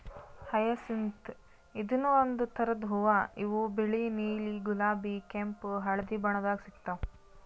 hyacinth ಇದೂನು ಒಂದ್ ಥರದ್ ಹೂವಾ ಇವು ಬಿಳಿ ನೀಲಿ ಗುಲಾಬಿ ಕೆಂಪ್ ಹಳ್ದಿ ಬಣ್ಣದಾಗ್ ಸಿಗ್ತಾವ್